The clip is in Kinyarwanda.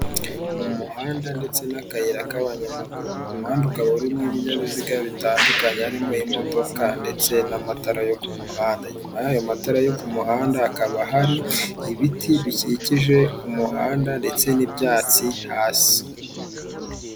Umuhanda ndetse n'akayira k'abanyamaguru uwo muhanda ukaba urimo ibinyabiziga bitandukanye, harimo imodoka ndetse n'amatara yo ku muhanda. Inyuma y'ayo matara yo ku muhanda hakaba hari ibiti bikikije umuhanda, ndetse n'ibyatsi hasi.